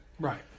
Right